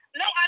no